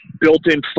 built-in